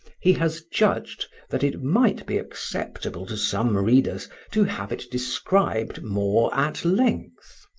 he has judged that it might be acceptable to some readers to have it described more at length.